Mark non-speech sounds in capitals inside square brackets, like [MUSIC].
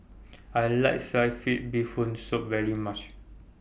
[NOISE] I like Sliced Fish Bee Hoon Soup very much